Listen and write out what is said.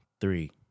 three